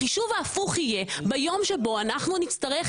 החישוב ההפוך יהיה ביום שבו אנחנו נצטרך